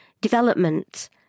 development